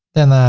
then ah